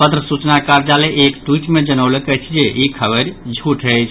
पत्र सूचना कार्यालय एक ट्वीट मे जनौलक अछि जे ई खबरि झूठ अछि